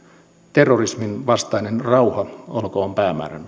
terrorismin vastainen rauha olkoon päämäärämme